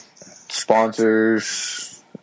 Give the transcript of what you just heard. Sponsors